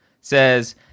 says